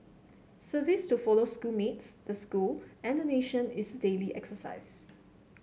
service to fellow school mates the school and the nation is a daily exercise